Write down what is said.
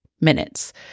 minutes